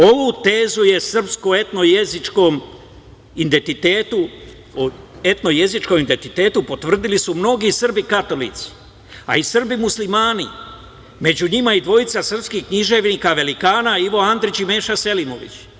Ovu tezu o srpsko etno jezičkom identitetu potvrdili su mnogi Srbi katolici, a i Srbi muslimani, među njima i dvojca srpskih književnika velika, Ivo Andrić i Meša Selimović.